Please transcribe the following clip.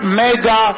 mega